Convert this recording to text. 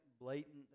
Blatant